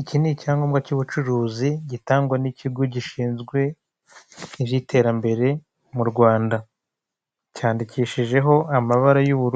Eyateri ni sosiyete ikorera mu Rwanda, ikaba ijyana n'andi mashami ku isi ahantu hatandukanye, ishinzwe